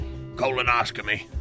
colonoscopy